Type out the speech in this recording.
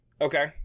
Okay